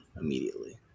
immediately